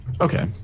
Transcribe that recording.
Okay